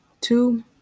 Two